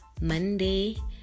Monday